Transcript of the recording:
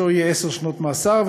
עונשו יהיה עשר שנות מאסר.